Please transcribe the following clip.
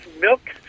milk